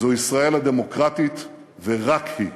זו ישראל הדמוקרטית, ורק היא.